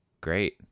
Great